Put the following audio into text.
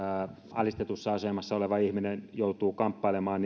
alistetussa asemassa oleva ihminen joutuu kamppailemaan